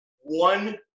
one